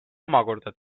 omakorda